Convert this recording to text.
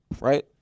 right